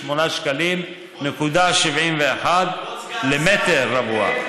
58.71 למטר רבוע.